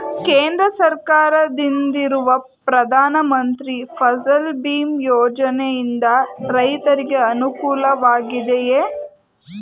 ಕೇಂದ್ರ ಸರ್ಕಾರದಿಂದಿರುವ ಪ್ರಧಾನ ಮಂತ್ರಿ ಫಸಲ್ ಭೀಮ್ ಯೋಜನೆಯಿಂದ ರೈತರಿಗೆ ಅನುಕೂಲವಾಗಿದೆಯೇ?